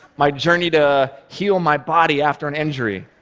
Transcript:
my journey to heal my body after an injury.